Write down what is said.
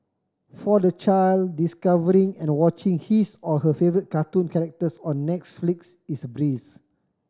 for the child discovering and watching his or her favourite cartoon characters on Netflix is a breeze